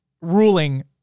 ruling